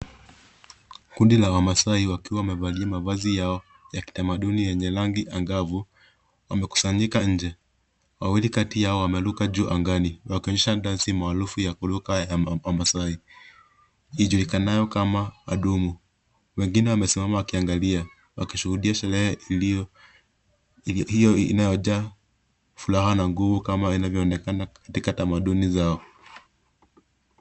Kundi la wamaasai wakiwa wamevalia mavazi yao ya kitamaduni yenye rangi angavu wamekusanyika nje. Wawili kati yao wameruka angani wakionyesha dansi maarufu ya kuruka ya wamaasai ijulikanayo kama adumu. Wengine wamesimama wakiangalia waki sherehe iliyo- hiyo inayojaa furaha na nguvu kama inavyoonekana katika tamaduni zao.